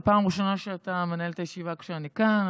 זו הפעם הראשונה שאתה מנהל את הישיבה כשאני כאן,